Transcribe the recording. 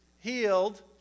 healed